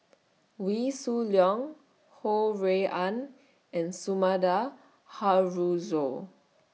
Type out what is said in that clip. Wee Shoo Leong Ho Rui An and Sumida Haruzo